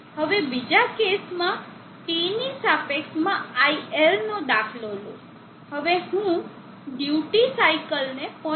હવે બીજા કેસમાં t ની સાપેક્ષમાં iL નો દાખલો લો હવે હું ડ્યુટી સાઇકલને 0